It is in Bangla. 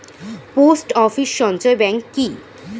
পোস্ট অফিস সঞ্চয় ব্যাংক কি?